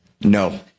No